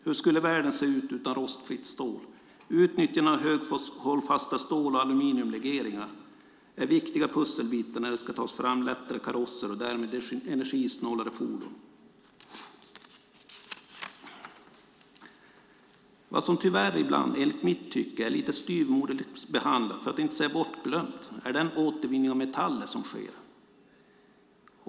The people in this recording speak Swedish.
Hur skulle världen se ut utan rostfritt stål? Utnyttjande av höghållfasta stål och aluminiumlegeringar är viktiga pusselbitar när det ska tas fram lättare karosser och därmed energisnålare fordon Vad som tyvärr ibland, enligt mitt tycke, är lite styvmoderligt behandlat, för att inte säga bortglömt, är den återvinning av metaller som sker.